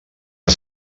has